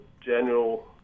general